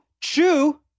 Chew